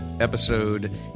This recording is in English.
episode